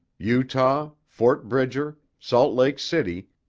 utah, fort bridger, salt lake city,